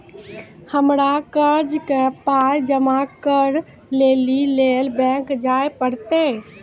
हमरा कर्जक पाय जमा करै लेली लेल बैंक जाए परतै?